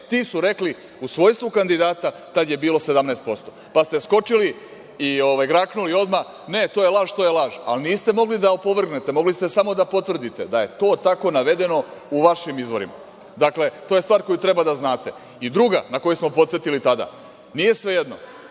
ti su rekli u svojstvu kandidata, tada je bilo 17%, pa ste skočili i graknuli odmah - ne to je laž, to je laž, ali niste mogli da opovrgnete. Mogli ste samo da potvrdite da je to tako navedeno u vašim izvorima. Dakle, to je stvar koju treba da znate. Druga, na koju smo podsetili tada, nije svejedno